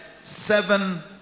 seven